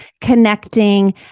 connecting